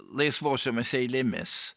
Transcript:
laisvosiomis eilėmis